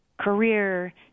career